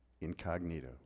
Incognito